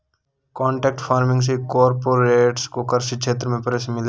contract farming से corporates को कृषि क्षेत्र में प्रवेश मिलेगा